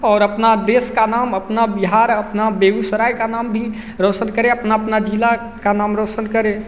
और अपना देश का नाम अपना बिहार अपना बेगुसराय का नाम भी रौशन करें अपना ज़िला का नाम रौशन करे